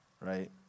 right